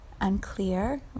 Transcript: unclear